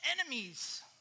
enemies